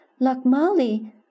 Lakmali